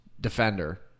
defender